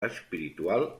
espiritual